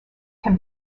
can